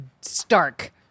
stark